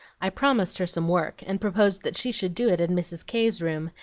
i promised her some work, and proposed that she should do it in mrs. k s room,